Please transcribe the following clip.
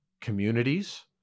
communities